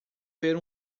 ver